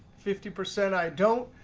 fifty percent i don't.